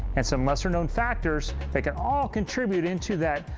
and some lesser known factors that can all contribute into that,